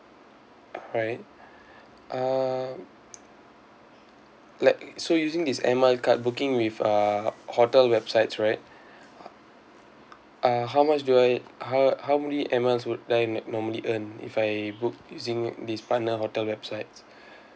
alright uh like so using this air miles card booking with uh hotel websites right uh how much do I how how many air miles would I m~ normally earn if I book using this partner hotel websites